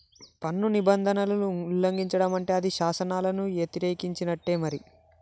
పన్ను నిబంధనలను ఉల్లంఘిచడం అంటే అది శాసనాలను యతిరేకించినట్టే మరి